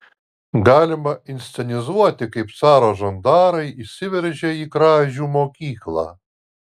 galima inscenizuoti kaip caro žandarai įsiveržia į kražių mokyklą